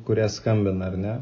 kurie skambina ar ne